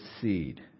seed